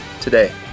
today